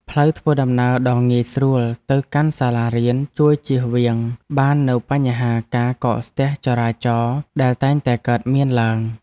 ផ្លូវធ្វើដំណើរដ៏ងាយស្រួលទៅកាន់សាលារៀនជួយជៀសវាងបាននូវបញ្ហាការកកស្ទះចរាចរណ៍ដែលតែងតែកើតមានឡើង។